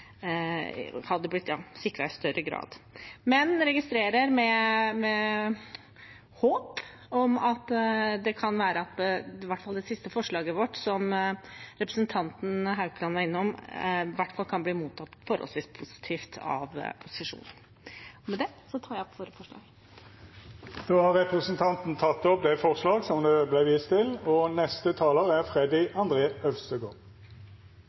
det hadde blitt sikret i større grad. Men jeg registrerer med håp at det kan være at i hvert fall det siste forslaget vårt, som representanten Haukland var innom, kan bli mottatt forholdsvis positivt av opposisjonen. Med det tar jeg opp våre forslag. Då har representanten Åslaug Sem-Jacobsen teke opp dei forslaga ho refererte til. Dette lovforslaget handler om å legge det